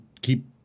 keep